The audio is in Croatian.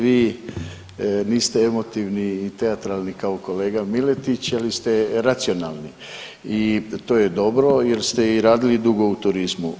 Vi niste emotivni ni teatralni kao kolega Miletić, ali ste racionalni i to je dobro jer ste i radili dugo u turizmu.